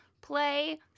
play